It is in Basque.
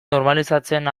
normalizatzen